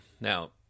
Now